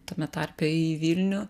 tame tarpe į vilnių